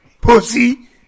Pussy